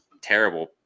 terrible